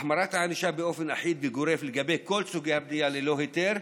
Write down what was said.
החמרת הענישה באופן אחיד וגורף לגבי כל סוגי הבנייה ללא היתר,